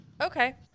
okay